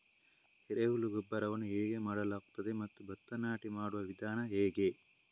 ಎರೆಹುಳು ಗೊಬ್ಬರವನ್ನು ಹೇಗೆ ಮಾಡಲಾಗುತ್ತದೆ ಮತ್ತು ಭತ್ತ ನಾಟಿ ಮಾಡುವ ವಿಧಾನ ಹೇಗೆ?